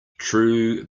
true